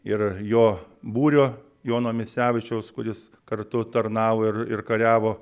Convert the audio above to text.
ir jo būrio jono misevičiaus kuris kartu tarnavo ir ir kariavo